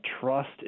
trust